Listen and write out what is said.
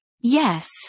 Yes